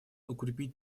укрепить